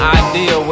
idea